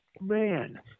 Man